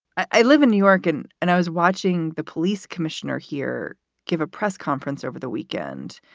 i live in new york. and and i was watching the police commissioner here give a press conference over the weekend.